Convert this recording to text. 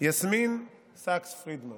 יסמין סאקס פרידמן,